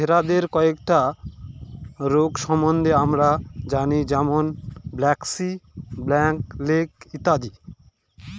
ভেড়াদের কয়েকটা রোগ সম্বন্ধে আমরা জানি যেমন ব্র্যাক্সি, ব্ল্যাক লেগ ইত্যাদি